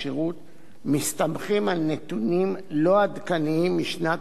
מסתמכים על נתונים לא עדכניים משנת 2010,